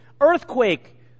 Earthquake